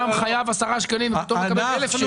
חייב 10 שקלים ופתאום מקבל חוב של 1,000 שקלים.